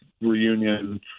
reunion